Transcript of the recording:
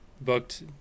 booked